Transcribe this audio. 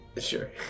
Sure